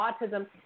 autism